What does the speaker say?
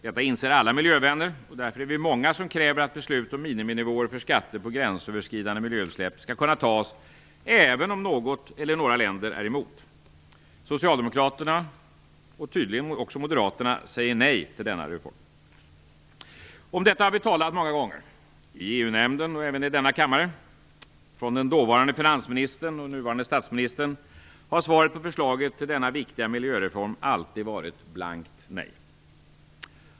Detta inser alla miljövänner, och därför är vi många som kräver att beslut om miniminivåer för skatter på gränsöverskridande miljöutsläpp skall kunna fattas även om något land eller några länder är emot. Socialdemokraterna - och tydligen också Moderaterna - säger nej till denna reform. Om detta har vi talat många gånger - i EU nämnden och även i denna kammare. Från den dåvarande finansministern och nuvarande statsministern har svaret på förslaget till denna viktiga miljöreform alltid varit blankt nej.